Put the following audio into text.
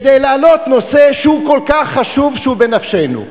כדי להעלות נושא שהוא כל כך חשוב, שהוא בנפשנו.